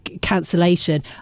cancellation